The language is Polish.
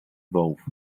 wołów